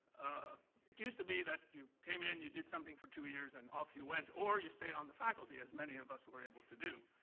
it used to be that you came in, you did something for two years, and off you went, or you stayed on the faculty, as many of us were able to do.